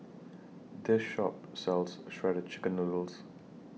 This Shop sells Shredded Chicken Noodles